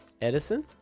Edison